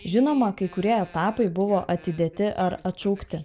žinoma kai kurie etapai buvo atidėti ar atšaukti